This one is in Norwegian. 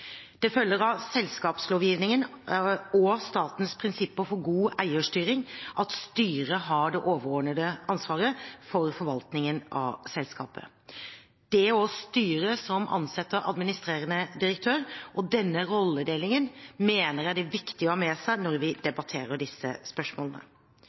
Det følger av selskapslovgivningen og statens prinsipper for god eierstyring at styret har det overordnede ansvaret for forvaltningen av selskapet. Det er også styret som ansetter administrerende direktør. Denne rolledelingen mener jeg det er viktig å ha med seg når vi